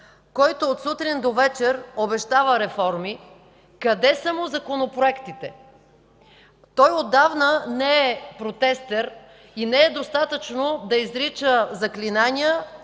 който от сутрин до вечер обещава реформи, къде са му законопроектите? Той отдавна не е протестър и не е достатъчно да изрича заклинания